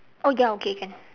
oh ya okay can